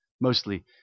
Mostly